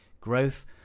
growth